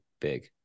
big